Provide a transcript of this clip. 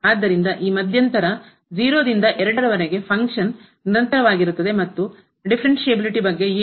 ಆದ್ದರಿಂದ ಈ ಮಧ್ಯಂತರ ರಿಂದ ಫಂಕ್ಷನ್ ಕಾರ್ಯವು ನಿರಂತರವಾಗಿರುತ್ತದೆ ಮತ್ತು ಡಿಫರೆನ್ಸ್ಎಬಿಲಿಟಿ ಬಗ್ಗೆ ಏನು